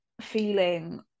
feeling